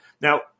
now